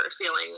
feeling